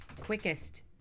quickest